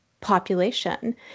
population